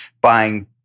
buying